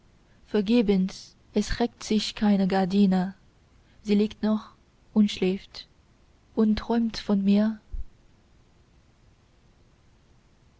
vergebens es regt sich keine gardine sie liegt noch und schläft und träumt von mir